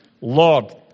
Lord